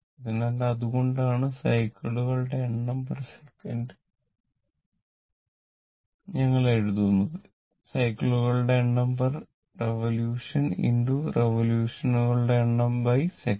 അതിനാൽ അതുകൊണ്ടാണ് സൈക്കിളുകളുടെ എണ്ണം സെക്കന്റ് ഞങ്ങൾ എഴുതുന്നത് സൈക്കിളുകളുടെ എണ്ണം റിവൊല്യൂഷൻ റിവൊല്യൂഷൻ എണ്ണം സെക്കന്റ്